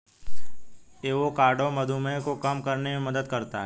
avocado मधुमेह को कम करने में मदद करता है